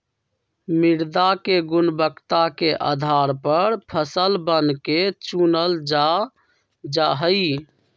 मृदा के गुणवत्ता के आधार पर फसलवन के चूनल जा जाहई